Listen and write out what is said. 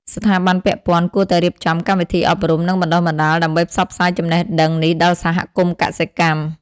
ស្ថាប័នពាក់ព័ន្ធគួរតែរៀបចំកម្មវិធីអប់រំ និងបណ្តុះបណ្តាលដើម្បីផ្សព្វផ្សាយចំណេះដឹងនេះដល់សហគមន៍កសិកម្ម។